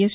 yes